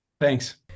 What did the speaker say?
thanks